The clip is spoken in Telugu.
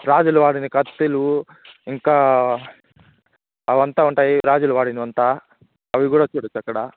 రాజులు వాడిన కత్తులు ఇంకా అవంతా ఉంటాయి రాజులు వాడినవంతా అవి కూడా చూడచ్చక్కడ